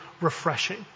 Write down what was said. refreshing